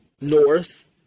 north